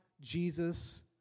Jesus